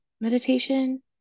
meditation